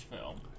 film